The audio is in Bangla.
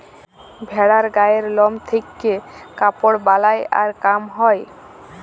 ভেড়ার গায়ের লম থেক্যে কাপড় বালাই আর কাম হ্যয়